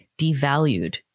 devalued